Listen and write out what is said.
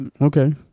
okay